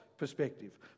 Perspective